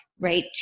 right